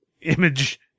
image